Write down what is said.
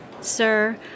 Sir